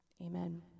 Amen